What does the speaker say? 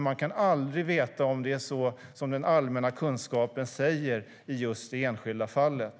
Man kan aldrig veta om det är så som den allmänna kunskapen ger vid handen i det enskilda fallet.